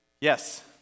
Yes